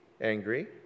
angry